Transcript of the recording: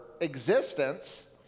existence